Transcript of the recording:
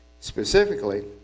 specifically